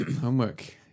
Homework